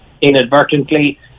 inadvertently